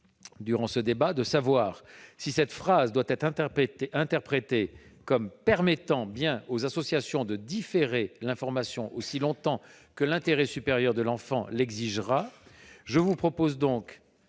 est donc de savoir si cette phrase doit être interprétée comme permettant bien aux associations de différer l'information aussi longtemps que l'intérêt supérieur de l'enfant l'exigera. Par conséquent,